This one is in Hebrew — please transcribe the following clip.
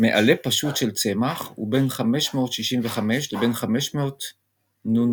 מעלה פשוט של צמח הוא בין 565 לבין 500 נ"מ.